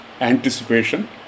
anticipation